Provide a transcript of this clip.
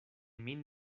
min